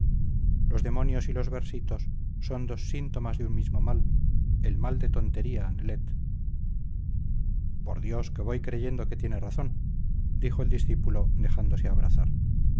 los demonios y los versitos son dos síntomas de un mismo mal el mal de tontería nelet por dios que voy creyendo que tiene razón dijo el discípulo dejándose abrazar